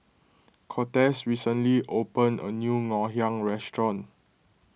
Cortez recently opened a new Ngoh Hiang restaurant